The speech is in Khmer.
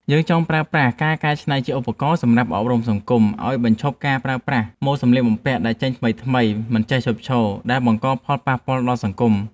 យើងចង់ប្រើប្រាស់ការកែច្នៃជាឧបករណ៍សម្រាប់អប់រំសង្គមឱ្យបញ្ឈប់ការប្រើប្រាស់ ម៉ូដសម្លៀកបំពាក់ដែលចេញថ្មីៗមិនចេះឈប់ឈរ ដែលបង្កផលប៉ះពាល់ដល់សង្គម។